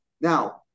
Now